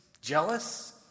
jealous